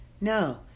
No